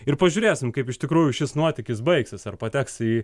ir pažiūrėsim kaip iš tikrųjų šis nuotykis baigsis ar pateks į